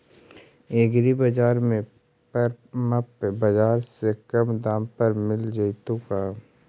एग्रीबाजार में परमप बाजार से कम दाम पर मिल जैतै का?